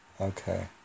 okay